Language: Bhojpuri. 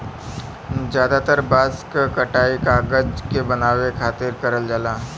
जादातर बांस क कटाई कागज के बनावे खातिर करल जाला